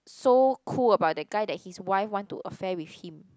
so cool about that guy that his wife want to affair with him